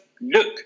look